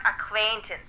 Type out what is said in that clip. acquaintance